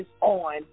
on